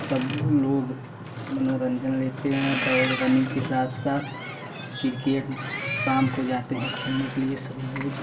सब लोग मनोरंजन लेते है दौड़ रनिंग के साथ साथ क्रिकेट शाम को जाते हैं खेलने के लिए सभी लोग